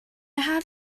have